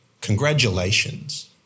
Congratulations